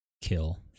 kill